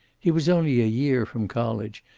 he was only a year from college,